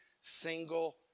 single